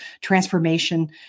transformation